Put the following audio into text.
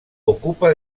ocupa